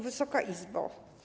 Wysoka Izbo!